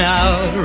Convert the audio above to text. out